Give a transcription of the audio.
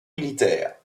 militaires